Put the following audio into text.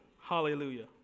Hallelujah